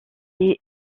est